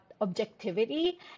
objectivity